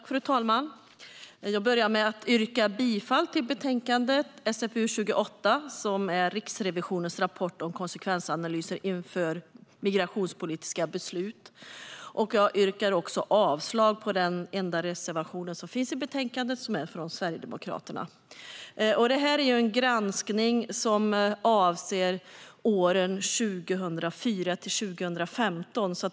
Fru talman! Jag börjar med att yrka bifall till utskottets förslag i betänkandet SfU28, Riksrevisionens rapport om konsekvensanalyser inför migrationspolitiska beslut . Jag yrkar därmed också avslag på den enda reservation som finns i ärendet, som är från Sverigedemokraterna. Detta är en granskning som avser åren 2004-2015.